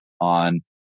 on